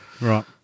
Right